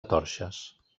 torxes